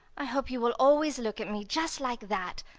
i hope you will always look at me just like that,